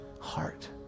heart